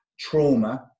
trauma